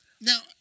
Now